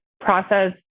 Process